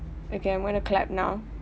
okay I'm gonna clap now